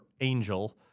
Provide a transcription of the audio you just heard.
Angel